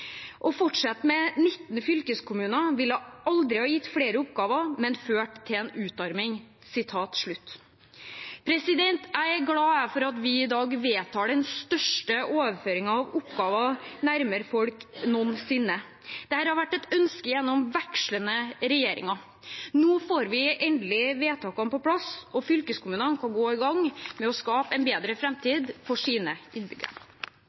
Å fortsette med 19 fylkeskommuner ville aldri gitt flere oppgaver, men ført til utarming.» Jeg er glad for at vi i dag vedtar den største overføringen av oppgaver nærmere folk noen sinne. Dette har vært et ønske gjennom vekslende regjeringer. Nå får vi endelig vedtakene på plass, og fylkeskommunene kan gå i gang med å skape en bedre framtid for sine innbyggere.